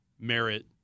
merit